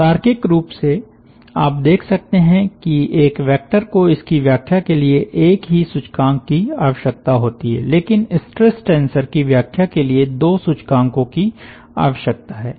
तो तार्किक रूप से आप देख सकते हैं कि एक वेक्टर को इसकी व्याख्या के लिए एक ही सूचकांक की आवश्यकता होती हैलेकिन स्ट्रेस टेंसर की व्याख्या के लिए दो सूचकांकों की आवश्यकता है